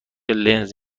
لنز